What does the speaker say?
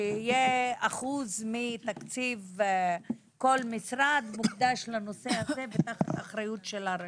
שיהיה אחוז מתקציב כל משרד מוקדש לנושא הזה ותחת אחריות של הרשות.